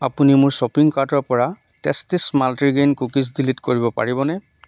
আপুনি মোৰ শ্বপিং কাৰ্টৰ পৰা টেষ্টীছ মাল্টিগ্ৰেইন কুকিজ ডিলিট কৰিব পাৰিবনে